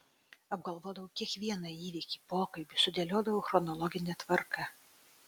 apgalvodavau kiekvieną įvykį pokalbį sudėliodavau chronologine tvarka